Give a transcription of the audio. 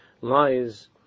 lies